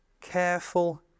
careful